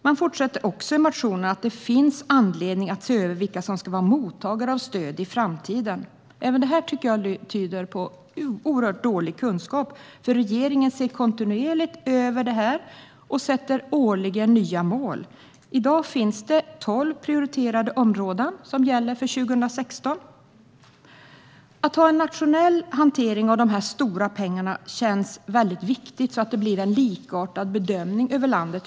Man fortsätter i motionen med att det finns anledning att se över vilka som ska vara mottagare av stöd i framtiden. Även detta tycker jag tyder på en oerhört dålig kunskap, för regeringen ser kontinuerligt över detta och sätter årligen upp nya mål. I dag finns det tolv prioriterade områden som gäller för 2016. Det känns väldigt viktigt med en nationell hantering så att bedömningen av hur man delar ut de här stora pengarna blir likartad över landet.